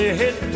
hit